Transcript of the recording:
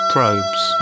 Probes